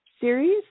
series